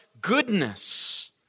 goodness